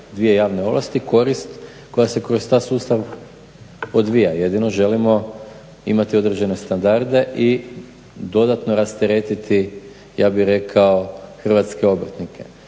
dvije javne ovlasti korist koja se kroz taj sustav odvija. Jedino želimo imati određene standarde i dodatno rasteretiti ja bih rekao hrvatske obrtnike.